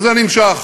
וזה נמשך